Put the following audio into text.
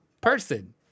person